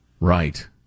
Right